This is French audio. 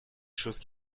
chose